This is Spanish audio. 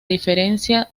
diferencia